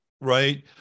Right